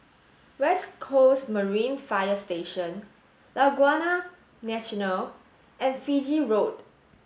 west Coast Marine Fire Station Laguna National and Fiji Road